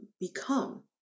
become